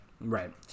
Right